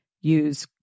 Use